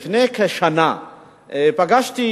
לפני כשנה פגשתי